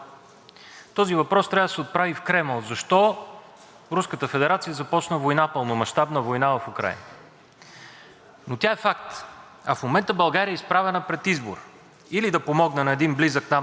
Но тя е факт, а в момента България е изправена пред избор – или да помогне на един близък нам народ, изпаднал в беда, или да се опозорим, като не застанем на ясна позиция и просто симулираме някакво съдействие.